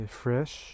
fresh